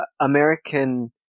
American